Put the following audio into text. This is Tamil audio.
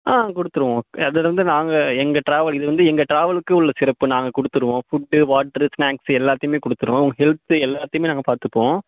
ஆ கொடுத்துருவோம் அது வந்து நாங்கள் எங்கள் ட்ராவல் இது வந்து எங்கள் ட்ராவலுக்கு உள்ள சிறப்பு நாங்கள் கொடுத்துருவோம் ஃபுட்டு வாட்டரு ஸ்நாக்ஸ் எல்லாத்தையுமே கொடுத்துருவோம் உங்கள் ஹெல்த்து எல்லாத்தையுமே நாங்கள் பார்த்துப்போம்